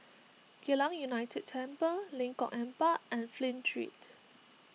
Geylang United Temple Lengkok Empat and Flint Street